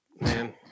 Man